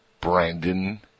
Brandon